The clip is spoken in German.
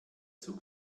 zug